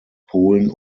polen